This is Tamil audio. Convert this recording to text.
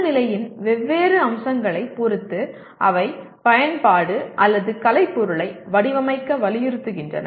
சூழ்நிலையின் வெவ்வேறு அம்சங்களைப் பொறுத்து அவை பயன்பாடு அல்லது கலைப்பொருளை வடிவமைக்க வலியுறுத்துகின்றன